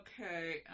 Okay